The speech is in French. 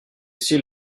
s’il